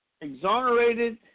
exonerated